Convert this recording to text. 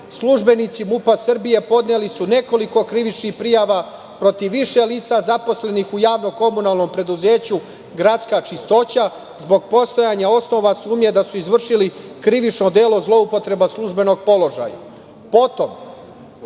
službenici MUP-a Srbije podneli su nekoliko krivičnih prijava protiv više lica zaposlenih u JKP „Gradska čistoća“ zbog postojanja osnova sumnje da su izvršili krivično delo zloupotreba službenog položaja. Potom,